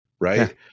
right